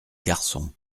garçon